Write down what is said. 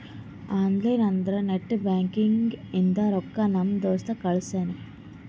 online ಅಂದುರ್ net banking ಇಂದ ರೊಕ್ಕಾ ನಮ್ ದೋಸ್ತ್ ಕಳ್ಸಿನಿ